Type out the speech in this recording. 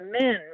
men